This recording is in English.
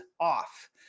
off